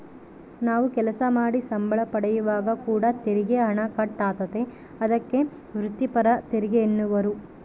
ನಾವು ಕೆಲಸ ಮಾಡಿ ಸಂಬಳ ಪಡೆಯುವಾಗ ಕೂಡ ತೆರಿಗೆ ಹಣ ಕಟ್ ಆತತೆ, ಅದಕ್ಕೆ ವ್ರಿತ್ತಿಪರ ತೆರಿಗೆಯೆನ್ನುವರು